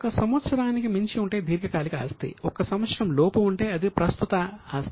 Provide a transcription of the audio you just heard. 1 సంవత్సరానికి మించి ఉంటే దీర్ఘకాలిక ఆస్తి 1 సంవత్సరములోపు ఉంటే అది ప్రస్తుత ఆస్తి